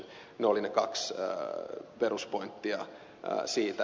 ne olivat ne kaksi peruspointtia siitä